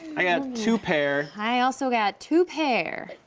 i got two pair. i also got two pair.